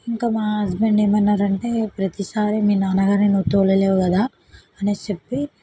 ఇంకా మా హస్బెండ్ ఏమన్నారు అంటే ప్రతీసారీ మీ నాన్నగారిని నువ్వు తోలలేవు కదా అనేసి చెప్పి